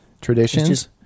traditions